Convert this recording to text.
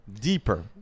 deeper